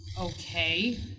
Okay